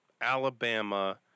Alabama